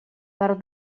per